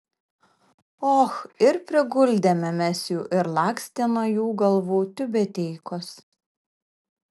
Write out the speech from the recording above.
och ir priguldėme mes jų ir lakstė nuo jų galvų tiubeteikos